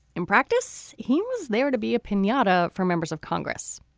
in practice he was there to be a pinata for members of congress